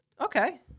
Okay